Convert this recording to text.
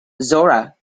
zora